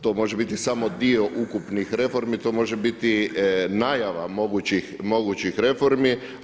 To može biti samo dio ukupnih reformi, to može biti najava mogućih reformi.